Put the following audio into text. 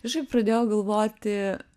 kažkaip pradėjau galvoti